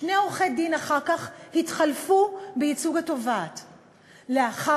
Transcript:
שני עורכי-דין התחלפו אחר